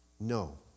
no